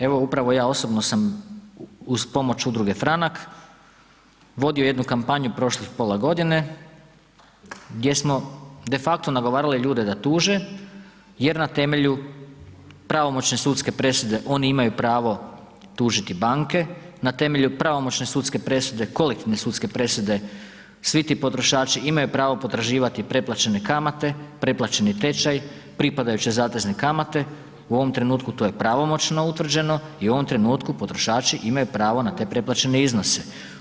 Evo upravo ja osobno sam uz pomoć udruge Franak vodio jednu kampanju prošlih pola godine gdje smo defakto nagovarali ljude da tuže jer na temelju pravomoćne sudske presude oni imaju pravo tužiti banke, na temelju pravomoćne sudske presude, kolektivne sudske presude, svi ti potrošači imaju pravo potraživati preplaćene kamate, preplaćeni tečaj, pripadajuće zatezne kamate, u ovom trenutku to je pravomoćno utvrđeno i u ovom trenutku potrošači imaju pravo na te preplaćene iznose.